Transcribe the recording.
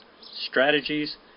strategies